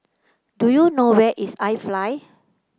do you know where is iFly